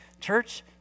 Church